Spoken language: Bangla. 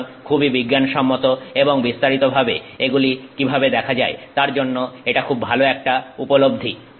সুতরাং খুবই বিজ্ঞানসম্মত এবং বিস্তারিত ভাবে এগুলি কিভাবে দেখা যায় তার জন্য এটা খুব ভালো একটা উপলব্ধি